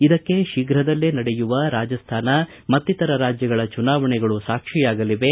ಇದಕ್ಕೆ ಶೀಘ್ರದಲ್ಲೇ ನಡೆಯುವ ರಾಜಸ್ಥಾನ ಮತ್ತಿತರ ರಾಜ್ಯಗಳ ಚುನಾವಣೆಗಳು ಸಾಕ್ಷಿಯಾಗಲಿವೆ